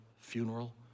funeral